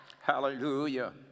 hallelujah